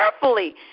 carefully